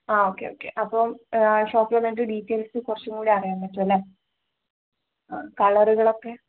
ആ okay okay അപ്പം ഷോപ്പിലന്ന എൻ്റെ ഡീറ്റെയിൽസ് കൊറച്ചും കൂടി അറിയാൻ പറ്റൂല്ലേ കളറുകളൊക്കെ